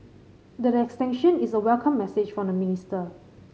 the extension is a welcome message from the minister